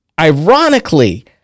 ironically